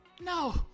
No